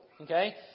Okay